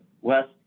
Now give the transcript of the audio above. West